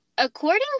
According